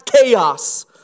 chaos